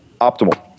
optimal